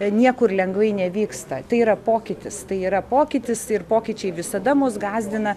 niekur lengvai nevyksta tai yra pokytis tai yra pokytis ir pokyčiai visada mus gąsdina